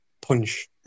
punch